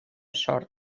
sort